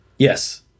Yes